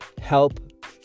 help